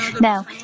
Now